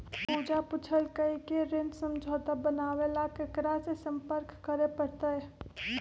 पूजा पूछल कई की ऋण समझौता बनावे ला केकरा से संपर्क करे पर तय?